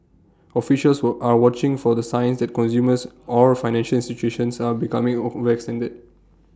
officials were are watching for the signs that consumers or financial institutions are becoming overextended